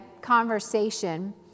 conversation